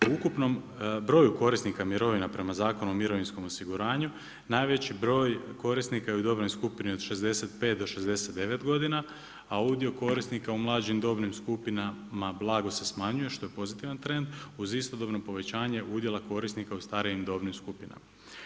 U ukupnom broju korisnika mirovina prema Zakonu o mirovinskom osiguranju najveći broj korisnika je u dobnoj skupini od 65 do 69 godina, a udio korisnika u mlađim dobnim skupinama blago se smanjuje što je pozitivan trend uz istodobno povećanje udjela korisnika u starijim dobnim skupinama.